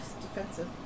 defensive